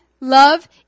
love